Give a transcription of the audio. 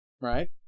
right